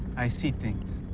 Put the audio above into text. i see things.